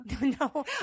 No